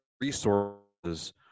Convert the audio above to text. resources